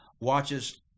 watches